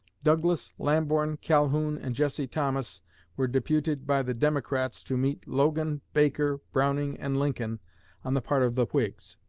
douglas, lamborn, calhoun, and jesse thomas were deputed by the democrats to meet logan, baker, browning, and lincoln on the part of the whigs.